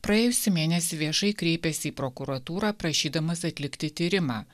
praėjusį mėnesį viešai kreipėsi į prokuratūrą prašydamas atlikti tyrimą